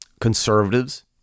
conservatives